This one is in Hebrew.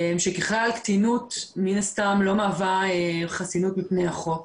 שבכלל קטינות מן הסתם לא מהווה חסינות בפני החוק.